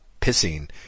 pissing